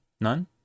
none